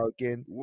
again